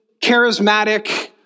charismatic